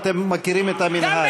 אתם מכירים את המנהג.